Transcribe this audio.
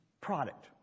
product